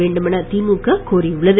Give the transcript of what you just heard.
வேண்டுமென திமுக கோரியுள்ளது